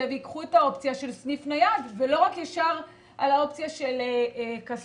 וייקחו את האופציה של סניף נייד ולא ישר האופציה של הכספומט?